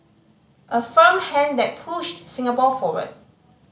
a firm hand that pushed Singapore forward